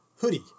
hoodie